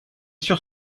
sur